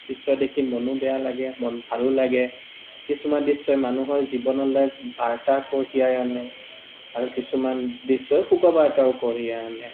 দৃশ্য দেখি মনো বেয়া লাগে মন ভালো লাগে কিছুমান দৃশ্যই মানুহৰ জীৱনলৈ বাৰ্তা কঢ়িয়াই আনে আৰু কিছুমান দৃশ্যই শোক বাৰ্তাও কঢ়িয়াই আনে